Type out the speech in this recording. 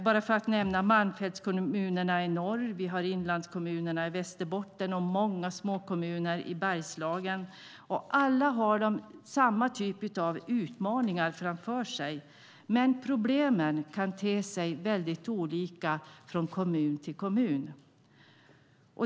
Vi har Malmfältskommunerna i norr, inlandskommunerna i Västerbotten och många småkommuner i Bergslagen. Alla har samma typ av utmaningar framför sig, men problemen kan te sig mycket olika från kommun till kommun.